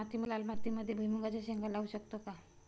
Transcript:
लाल मातीमध्ये भुईमुगाच्या शेंगा लावू शकतो का?